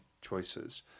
choices